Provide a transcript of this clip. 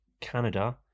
Canada